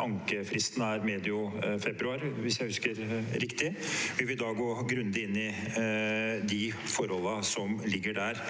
Ankefristen er medio februar, hvis jeg husker riktig. Vi vil da gå grundig inn i de forholdene som ligger der.